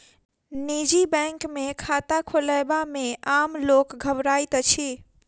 निजी बैंक मे खाता खोलयबा मे आम लोक घबराइत अछि